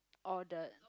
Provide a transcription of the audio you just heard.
or the